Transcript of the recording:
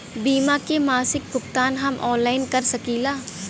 बीमा के मासिक भुगतान हम ऑनलाइन भी कर सकीला?